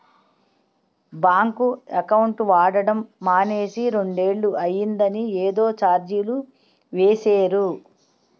bank account వాడడం మానేసి రెండేళ్ళు అయిందని ఏదో చార్జీలు వేసేరు